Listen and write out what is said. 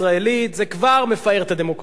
זה כבר מפאר את הדמוקרטיה הישראלית,